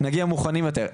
נגיע מוכנים יותר.